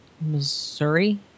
Missouri